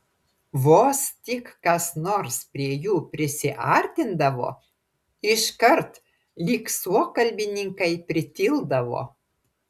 vos tik kas nors prie jų prisiartindavo iškart lyg suokalbininkai pritildavo